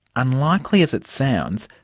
unlikely as it sounds,